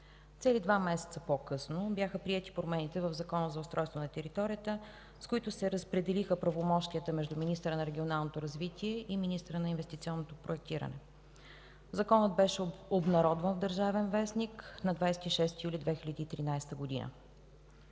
Цели два месеца по-късно бяха приети промените в Закона за устройство на територията, с които се разпределиха правомощията между министъра на регионалното развитие и министъра на инвестиционното проектиране. Законът беше обнародван в „Държавен вестник” на 26 юли 2013 г.